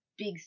big